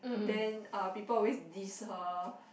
then uh people always diss her